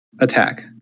Attack